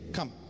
Come